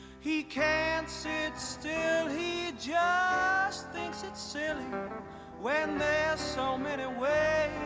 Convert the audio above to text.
he can't sit still he just thinks it's silly when there's so many ways